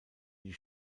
die